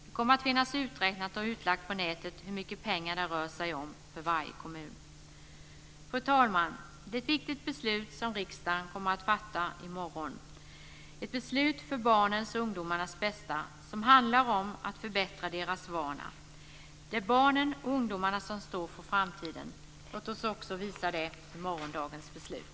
Det kommer att finnas uträknat och utlagt på nätet hur mycket pengar det rör sig om för varje kommun. Fru talman! Det är ett viktigt beslut som riksdagen kommer att fatta i morgon. Det är ett beslut för barnens och ungdomarnas bästa som handlar om att förbättra deras vardag. Det är barnen och ungdomarna som står för framtiden. Låt oss också visa det i morgondagens beslut.